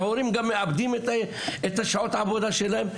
ההורים מאבדים את שעות העבודה שלהם.